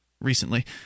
recently